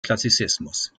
klassizismus